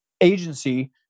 agency